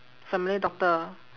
family doctor